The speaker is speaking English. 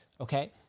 okay